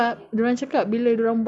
sis scared